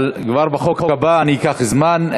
אבל כבר בחוק הבא אני אקח זמן.